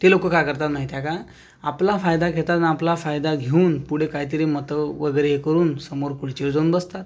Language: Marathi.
ते लोक काय करतात माहित आहे का आपला फायदा घेतात आणि आपला फायदा घेवून पुढे काहीतरी मतं वगैरे हे करून समोर खुर्चीवर जाऊन बसतात